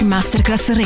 Masterclass